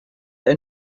ein